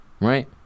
right